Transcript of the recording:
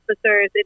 officers